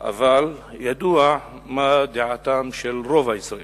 אבל ידוע מה דעתם של רוב הישראלים,